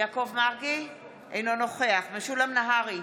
אינו נוכח משולם נהרי,